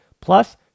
Plus